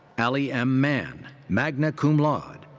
allie m. mann, magna cum laude.